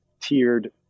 tiered